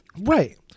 right